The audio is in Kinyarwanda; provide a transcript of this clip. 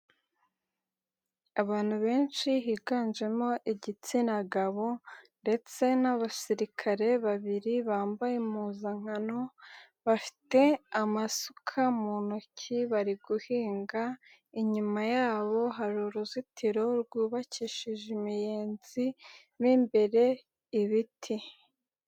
Abantu benshi higanjemo igitsina gabo ndetse n'abasirikare babiri bambaye impuzankano, bafite amasuka mu ntoki bari guhinga inyuma yabo hari uruzitiro rwubakishije imiyenzi mo imbere ibiti.